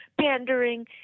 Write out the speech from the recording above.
pandering